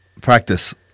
Practice